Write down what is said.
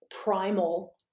primal